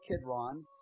Kidron